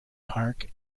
park